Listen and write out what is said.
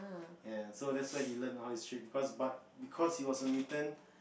and so that's why he learnt all these tricks because but because he was a mutant